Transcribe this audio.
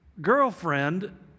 girlfriend